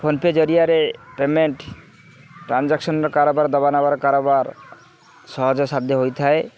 PhonePe ଜରିଆରେ payment ଟ୍ରାଞ୍ଜାକ୍ସନର କାରବାର ଦବାନବାର କାରବାର ସହଜସାଧ୍ୟ ହୋଇଥାଏ